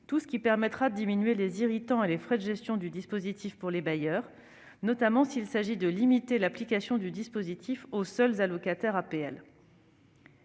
tout ce qui permettra de diminuer les irritants et les frais de gestion du dispositif pour les bailleurs, notamment s'il s'agit de limiter l'application du dispositif aux seuls allocataires des